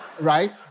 Right